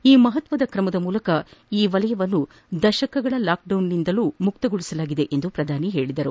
ಈ ಮಹತ್ವದ ಕ್ರಮದ ಮೂಲಕ ಈ ವಲಯವನ್ನು ದಶಕಗಳ ಲಾಕ್ಡೌನ್ನಿಂದಲೂ ಮುಕ್ತಗೊಳಿಸಲಾಗಿದೆ ಎಂದು ಅವರು ಹೇಳಿದರು